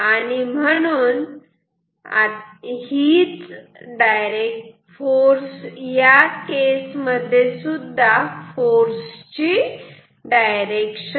आणि म्हणून ही फोर्स ची डायरेक्शन आहे